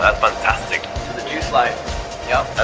fantastic the juice life yeah